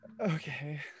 Okay